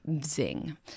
zing